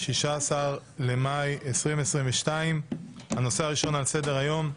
16 במאי 2022. הנושא הראשון על סדר-היום: